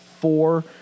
four